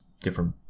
different